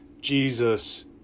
Jesus